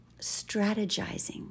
strategizing